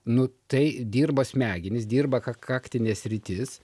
nu tai dirba smegenys dirba ka kaktinė sritis